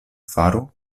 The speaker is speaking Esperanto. faru